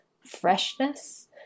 freshness